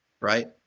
Right